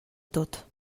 tot